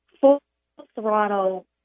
full-throttle